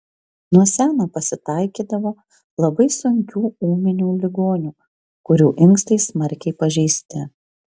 nuo seno pasitaikydavo labai sunkių ūminių ligonių kurių inkstai smarkiai pažeisti